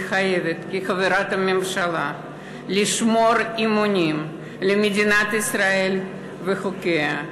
מתחייבת כחברת הממשלה לשמור אמונים למדינת ישראל ולחוקיה,